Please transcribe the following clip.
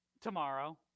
Tomorrow